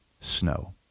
snow